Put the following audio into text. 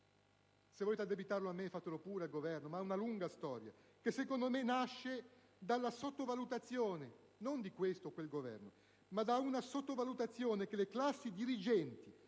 se volete addebitarlo a me, fatelo pure, ma - lo ripeto - ha una lunga storia, che secondo me nasce da una sottovalutazione, non di questo o di quel Governo, bensì da una sottovalutazione che le classi dirigenti